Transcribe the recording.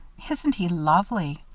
isn't he lovely!